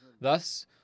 Thus